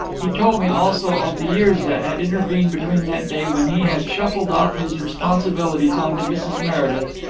he told me also of the years that had intervened between that day when he had shuffled off his responsibilities on to mrs. meredith,